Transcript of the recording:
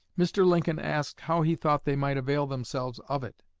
mr. lincoln asked how he thought they might avail themselves of it.